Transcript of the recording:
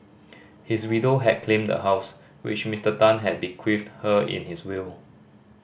his widow had claimed the house which Mister Tan had bequeathed her in his will